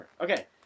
Okay